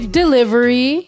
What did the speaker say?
delivery